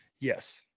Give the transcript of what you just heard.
Yes